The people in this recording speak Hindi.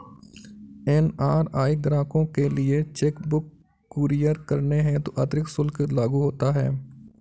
एन.आर.आई ग्राहकों के लिए चेक बुक कुरियर करने हेतु अतिरिक्त शुल्क लागू होता है